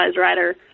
rider